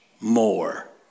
more